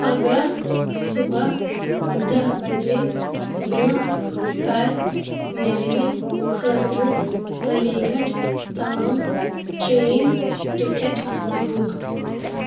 پگاہ صُبح دَہ بجے برٛونٛہہ کَر میٛانہِ خٲطرٕ علی گڑھ تام ٹرٛین ٹِکٹ بُک